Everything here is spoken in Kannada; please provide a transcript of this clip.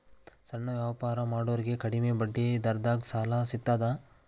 ಸಣ್ಣ ವ್ಯಾಪಾರ ಮಾಡೋರಿಗೆ ಕಡಿಮಿ ಬಡ್ಡಿ ದರದಾಗ್ ಸಾಲಾ ಸಿಗ್ತದಾ?